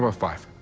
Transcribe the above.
um five?